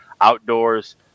outdoors